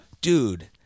dude